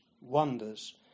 wonders